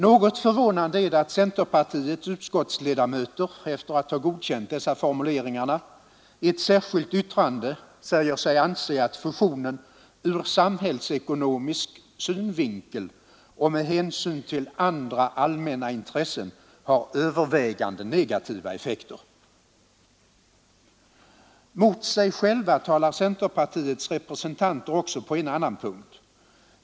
Något förvånande är det att centerpartiets utskottsledamöter efter att ha godkänt dessa formuleringar i ett särskilt yttrande säger sig anse att fusionen ”ur samhällsekonomisk synvinkel och med hänsyn till andra allmänna intressen har övervägande negativa effekter”. Mot sig själva talar centerpartiets representanter också på en annan punkt.